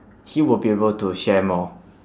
he will be able to share more